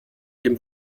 dem